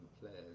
players